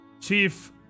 Chief